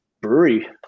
brewery